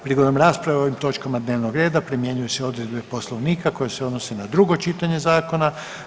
Prigodom rasprave o ovim točkama dnevnog reda primjenjuju se odredbe Poslovnika koje se odnose na drugo čitanje zakona.